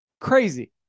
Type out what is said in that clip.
Crazy